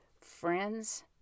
Friends